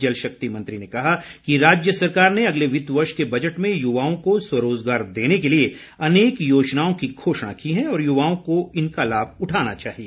जल शक्ति मंत्री ने कहा कि राज्य सरकार ने अगले वित्त वर्ष के बजट में युवाओं को स्वरोजगार देने के लिए अनेक योजनाओं की घोषणा की है और युवाओं को इनका लाभ उठाना चाहिए